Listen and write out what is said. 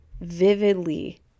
vividly